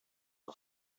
her